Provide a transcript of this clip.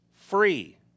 free